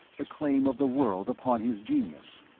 the claim of the world upon his genius.